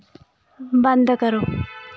बंद करो